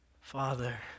Father